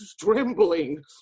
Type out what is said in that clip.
trembling